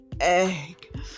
egg